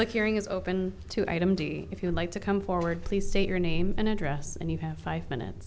public hearing is open to item d if you'd like to come forward please state your name and address and you have five minutes